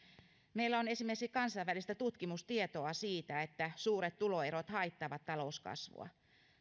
meillä on esimerkiksi kansainvälistä tutkimustietoa siitä että suuret tuloerot haittaavat talouskasvua